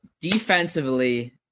defensively